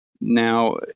Now